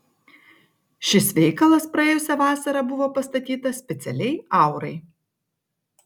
šis veikalas praėjusią vasarą buvo pastatytas specialiai aurai